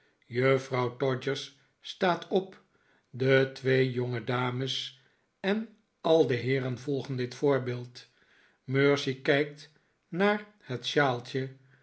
juffrouw todgers staat op de twee jongedames en al de heeren volgen dit voorbeeld mercy kijkt naar haar shawltje